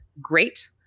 great